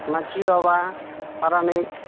ᱢᱟᱹᱡᱷᱤ ᱵᱟᱵᱟ ᱯᱟᱨᱟᱱᱤᱠ